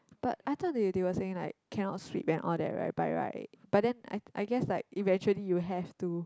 but I thought they they were saying like cannot sweep and all that right by right but then I I guess like eventually you have to